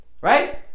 Right